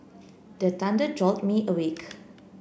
the thunder jolt me awake